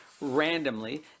randomly